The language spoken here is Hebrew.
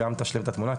גם תשלים את התמונה,